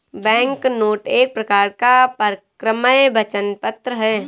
banknote एक प्रकार का परक्राम्य वचन पत्र है